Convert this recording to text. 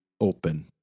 open